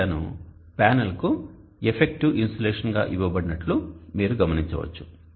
Li cosθ ను panel కు effective insulation గా ఇవ్వబడినట్లు మీరు గమనించవచ్చు